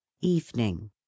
evening